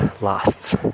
lasts